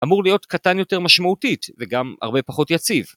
אמור להיות קטן יותר משמעותית וגם הרבה פחות יציב